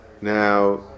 Now